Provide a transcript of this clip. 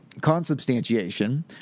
consubstantiation